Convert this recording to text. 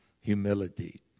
Humility